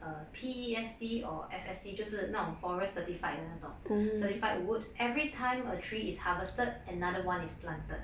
err P_E_F_C or F_S_C 就是那种 forest certified 的那种 certified wood every time a tree is harvested another one is planted